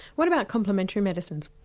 what about complementary medicines?